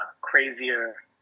crazier